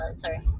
Sorry